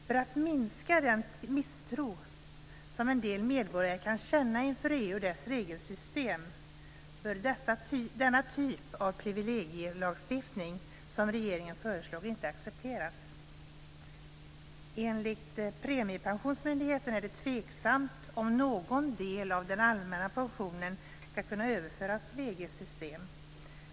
För att minska den misstro som en del medborgare kan känna inför EU och dess regelsystem bör den typ av privilegielagstiftning som regeringen föreslår inte accepteras. Enligt Premiepensionsmyndigheten är det tveksamt om någon del av den allmänna pensionen ska kunna överföras till EG:s system.